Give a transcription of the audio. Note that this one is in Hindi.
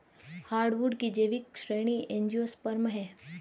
हार्डवुड की जैविक श्रेणी एंजियोस्पर्म है